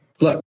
look